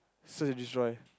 search and destroy